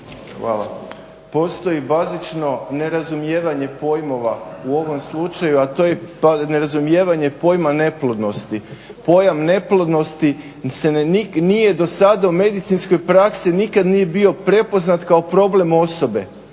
Hvala. Postoji bazično nerazumijevanje pojmova u ovom slučaju a to je nerazumijevanje pojma neplodnosti. Pojam neplodnosti se nije do sada u medicinskoj praksi, nikada nije bio prepoznat kao problem osobe.